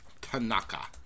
Tanaka